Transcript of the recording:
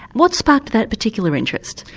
what sparked that particular interest?